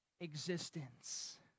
existence